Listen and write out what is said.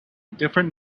different